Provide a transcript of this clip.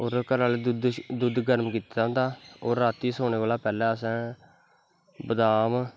और घर आह्लै दुध्द गर्म कीते दा होंदा ओह् राती सोनें कोला दा पैह्लें असैं बदाम